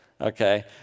okay